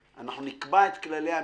אנחנו נקבע את כללי המשחק.